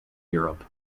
europe